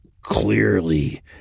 clearly